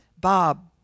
Bob